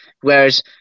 Whereas